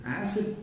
acid